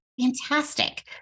Fantastic